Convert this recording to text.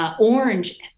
orange